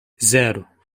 zero